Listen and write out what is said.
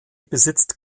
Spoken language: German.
besitzt